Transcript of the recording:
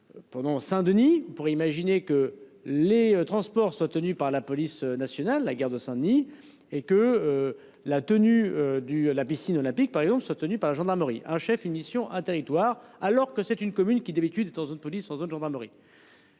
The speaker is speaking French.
Pendant, Saint-Denis pour imaginer que les transports soient tenus par la police nationale, la gare de Denis et que. La tenue du la piscine olympique par exemple sa tenue par la gendarmerie, un chef, une mission un territoire alors que c'est une commune qui d'habitude est en zone police en zone gendarmerie.